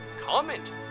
comment